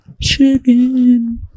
Chicken